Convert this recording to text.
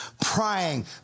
praying